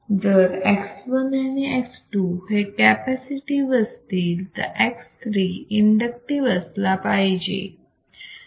जर X1 and X2 हे capacitive असतील तर X3 इंडक्टिव्ह असला पाहिजे